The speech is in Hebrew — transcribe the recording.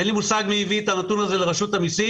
אין לי מושג מי הביא את הנתון הזה לרשות המיסים.